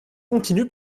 continu